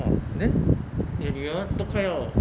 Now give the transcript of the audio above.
!wah! then 你的女儿都快要